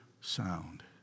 sound